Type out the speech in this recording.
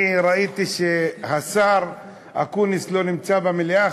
אני ראיתי שהשר אקוניס לא נמצא במליאה.